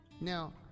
Now